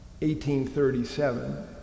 1837